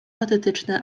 patetyczne